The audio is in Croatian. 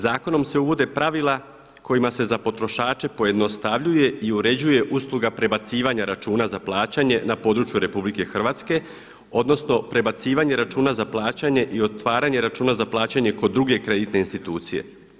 Zakonom se uvode pravila kojima se za potrošače pojednostavljuje i uređuje usluga prebacivanja računa za plaćanje na području RH, odnosno prebacivanje računa za plaćanje i otvaranje računa za plaćanje kod druge kreditne institucije.